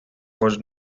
was